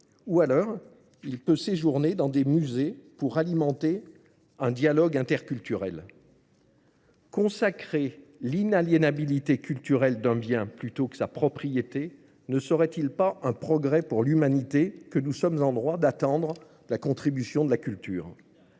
ou alors il peut séjourner dans des musées pour alimenter un dialogue interculturel. Consacrer l'inaliénabilité culturelle d'un bien plutôt que sa propriété ne serait-il pas un progrès pour l'humanité que nous sommes en droit d'attendre la contribution de la culture ?